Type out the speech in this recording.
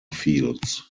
fields